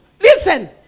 Listen